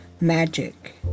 magic